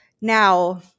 Now